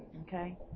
okay